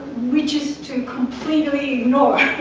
which is to completely ignore